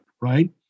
right